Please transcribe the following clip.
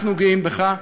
אנחנו גאים בך.